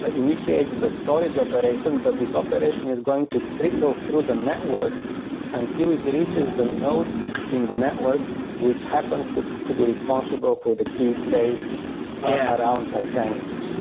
ah initiate the storage operation, but this operation is going to trickle through the network until it reaches the node in the network which happens to to be responsible for the key space yeah around titanic.